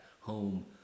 home